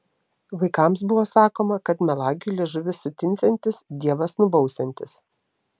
vaikams buvo sakoma kad melagiui liežuvis sutinsiantis dievas nubausiantis